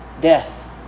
death